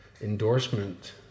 endorsement